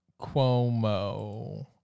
Cuomo